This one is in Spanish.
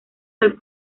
del